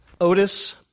Otis